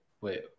wait